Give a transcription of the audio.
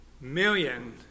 million